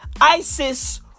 ISIS